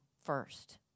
first